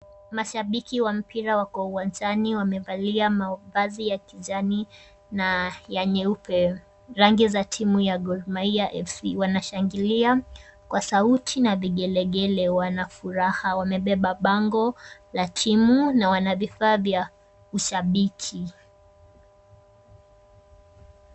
Mashabiki wa mpira wako uwanjani, wamevalia mavazi ya kijani na ya nyeupe. Rangi za timu ya Gor Mahia FC. Wanashangilia, kwa sauti na vigelegele. Wanafuraha. Wamebeba bango la timu na wanavifaa vya ushabiki.